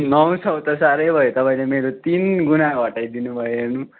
नौ सय त साह्रै भयो तपाईँले मेरो तिन गुणा घटाइदिनु भयो हेर्नु